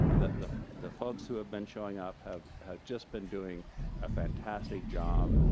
that the the folks who have been showing up have have just been doing a fantastic job.